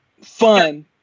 fun